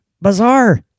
Bizarre